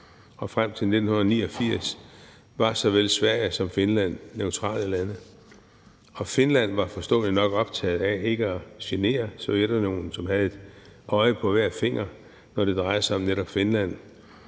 og frem til 1989 var såvel Sverige som Finland neutrale lande. Og Finland var forståeligt nok optaget af ikke at genere Sovjetunionen, som havde et øje på hver finger, når det drejede sig om netop Finland.